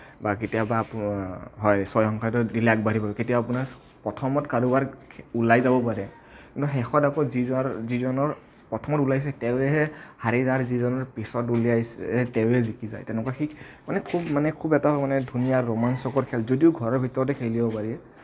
বা কেতিয়াবা আপো হয় ছয় সংখ্য়াটো দিলে আগবাঢ়িব পাৰি কেতিয়াবা আপোনাৰ প্ৰথমত কাৰোবাৰ ওলাই যাব পাৰে কিন্তু শেষত আকৌ যিজ যিজনৰ প্ৰথমত ওলাইছে তেওঁহে হাৰি যাৰ যিজনৰ পিছত ওলিয়াইছে তেওঁৱে জিকি যায় তেনেকুৱা সেই মানে খুব মানে খুব এটা মানে ধুনীয়া ৰোমাঞ্চকৰ খেল যদিও ঘৰৰ ভিতৰতে খেলিব পাৰি